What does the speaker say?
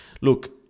look